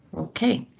ok,